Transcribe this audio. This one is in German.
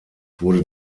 wurde